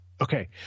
Okay